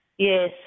Yes